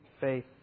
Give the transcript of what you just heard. faith